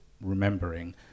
remembering